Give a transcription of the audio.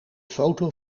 foto